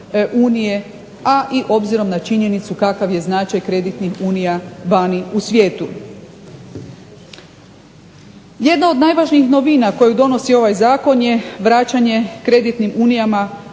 a i obzirom na činjenicu kakav je značaj kreditnih unija vani u svijetu. Jedna od najvažnijih novina koju donosi ovaj zakon je vraćanje kreditnim unijama